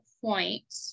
point